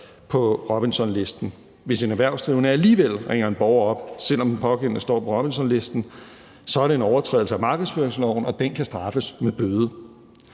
på Robinsonlisten. Hvis en erhvervsdrivende alligevel ringer en borger op, selv om den pågældende står på Robinsonlisten, er det en overtrædelse af markedsføringsloven, og den kan straffes med bøde.